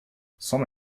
some